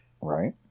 Right